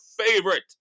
favorite